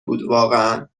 بودواقعا